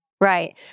Right